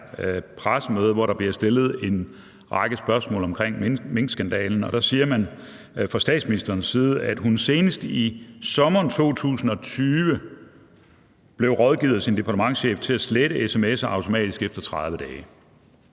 pressemøde, hvor der bliver stillet en række spørgsmål omkring minkskandalen. Og der siger man fra statsministerens side, at hun senest i sommeren 2020 blev rådgivet af sin departementschef til at slette sms'er automatisk efter 30 dage.